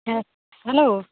হ্যাঁ হ্যালো